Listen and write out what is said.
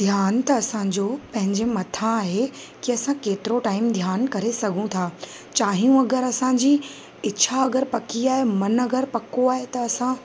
ध्यानु त असांजो पंहिंजे मथां आहे की असां केतिरो टाइम ध्यानु करे सघूं था चाहियूं अगरि असांजी इछा अगरि पकी आहे मनु अगरि पको आहे त असां